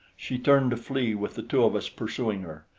she turned to flee with the two of us pursuing her,